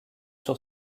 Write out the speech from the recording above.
sur